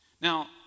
Now